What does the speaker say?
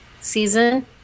season